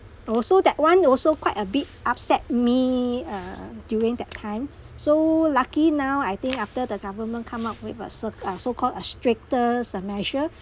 also that one also quite a bit upset me uh during that time so lucky now I think after the government come up with uh cert~ ah so called a stricter some measure